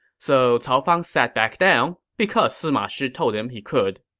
so cao fang sat back down, because sima shi told him he could.